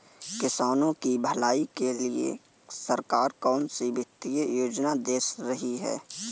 किसानों की भलाई के लिए सरकार कौनसी वित्तीय योजना दे रही है?